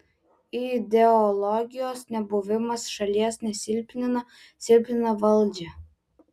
ideologijos nebuvimas šalies nesilpnina silpnina valdžią